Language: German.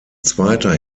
zweiter